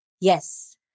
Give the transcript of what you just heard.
Yes